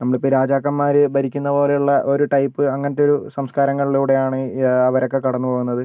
നമ്മളിപ്പോൾ രാജാക്കന്മാര് ഭരിക്കുന്ന പോലെയുള്ള ഒരു ടൈപ്പ് അങ്ങനത്തെ ഒരു സംസ്കാരങ്ങളിലൂടെയാണ് അവരൊക്കെ കടന്നുപോകുന്നത്